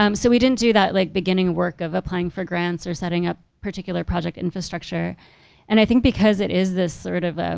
um so we didn't do that like beginning work of applying for grants or setting a particular project infrastructure and i think because it is this sort of ah